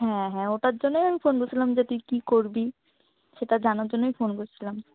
হ্যাঁ হ্যাঁ ওটার জন্যই আমি ফোন করছিলাম যে তুই কী করবি সেটা জানার জন্যই ফোন করছিলাম